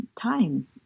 time